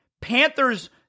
Panthers